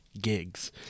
gigs